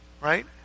Right